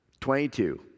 22